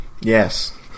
Yes